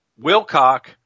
Wilcock